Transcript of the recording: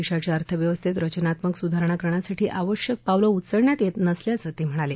देशाच्या अर्थव्यस्थेत रचनात्मक स्धारणा करण्यासाठी आवश्यक पावलं उचलण्यात येत नसल्याचं ते म्हणाले